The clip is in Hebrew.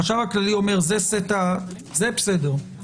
החשב הכללי אומר זה בסדר.